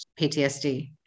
PTSD